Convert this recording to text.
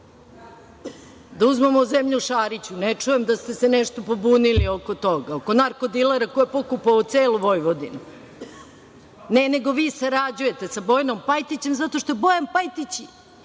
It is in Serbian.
Da uzmemo zemlju Šariću? Ne čujem da ste se nešto pobunili oko toga, oko narko dilera, koji je pokupovao celu Vojvodinu. Ne, nego vi sarađujete sa Bojanom Pajtićem, zato što je Bojan Pajtić